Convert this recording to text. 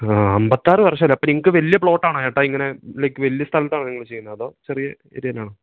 ആ അമ്പത്തിയാറ് വർഷമായല്ലെ അപ്പോള് നിങ്ങള്ക്ക് വലിയ പ്ലോട്ടാണോ ചേട്ടാ ഇങ്ങനെ ലൈക്ക് വലിയ സ്ഥലത്താണോ നിങ്ങള് ചെയ്യുന്നത് അതോ ചെറിയ ഏരിയയിലാണോ